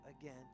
again